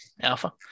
Alpha